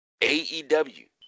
AEW